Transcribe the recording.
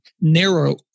narrow